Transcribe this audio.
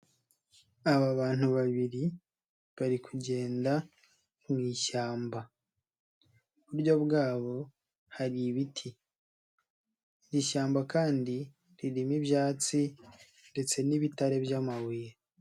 Aba bantu babiri bari kugenda mu ishyamba, iburyo bwabo hari ibiti, iri shyamba kandi ririmo ibyatsi ndetse n'ibitare by'amabuye.